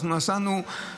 נסענו,